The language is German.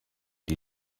die